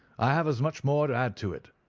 i have as much more to add to it.